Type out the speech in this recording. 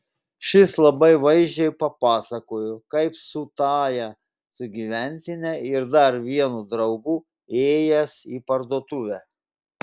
šis labai vaizdžiai papasakojo kaip su tąja sugyventine ir dar vienu draugu ėjęs į parduotuvę